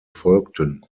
folgten